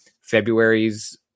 February's